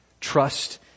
trust